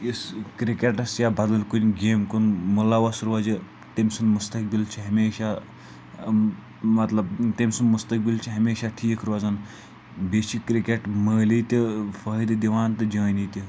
یُس کرکٹس یا بدل کُنہِ گیمہِ کُن مُلوس روزِ تٔمۍ سُنٛد مُستقبِل چھُ ہمیشہ مطلب تٔمۍ سُنٛد مُستقبِل چھُ ہمیشہ ٹھیٖک روزان بیٚیہِ چھ کرکٹ مٲلی تہِ فٲیدٕ دِوان تہٕ جٲنی تہِ